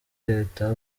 leta